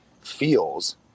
feels